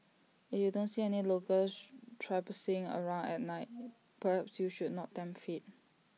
if you don't see any locals traipsing around at night perhaps you should not tempt fate